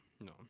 no